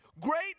great